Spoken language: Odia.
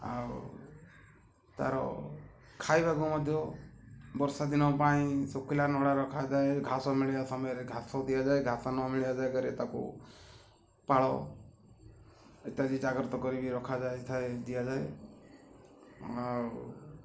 ଆଉ ତା'ର ଖାଇବାକୁ ମଧ୍ୟ ବର୍ଷା ଦିନ ପାଇଁ ଶୁଖିଲା ନଡ଼ା ରଖାଯାଏ ଘାସ ମିଳିିବା ସମୟରେ ଘାସ ଦିଆଯାଏ ଘାସ ନ ମିଳିିବା ଜାଗାରେ ତା'କୁ ପାଳ ଇତ୍ୟାଦି ଜାଗରତ କରିକି ରଖାଯାଇ ଥାଏ ଦିଆଯାଏ ଆଉ